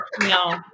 no